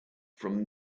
from